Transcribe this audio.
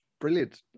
Brilliant